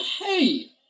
Hey